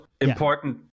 important